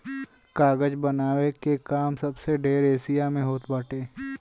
कागज बनावे के काम सबसे ढेर एशिया में होत बाटे